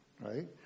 Right